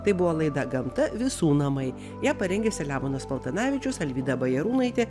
tai buvo laida gamta visų namai ją parengė selemonas paltanavičius alvyda bajarūnaitė